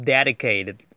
Dedicated